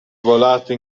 volata